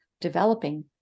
developing